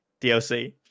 DLC